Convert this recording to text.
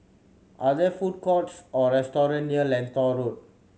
are there food courts or restaurant near Lentor Road